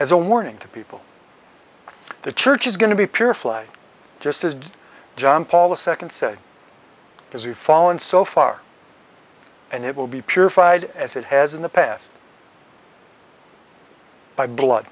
as a warning to people the church is going to be purified just as john paul the second said because we've fallen so far and it will be purified as it has in the past by blood